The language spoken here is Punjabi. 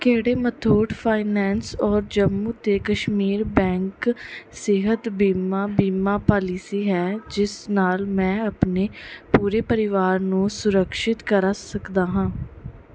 ਕਿਹੜੀ ਮਥੂਟ ਫਾਈਨੈਂਸ ਔਰ ਜੰਮੂ ਅਤੇ ਕਸ਼ਮੀਰ ਬੈਂਕ ਸਿਹਤ ਬੀਮਾ ਬੀਮਾ ਪਾਲਿਸੀ ਹੈ ਜਿਸ ਨਾਲ ਮੈਂ ਆਪਣੇ ਪੂਰੇ ਪਰਿਵਾਰ ਨੂੰ ਸੁਰਿਕਸ਼ਿਤ ਕਰਾ ਸਕਦਾ ਹਾਂ